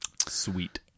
Sweet